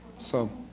so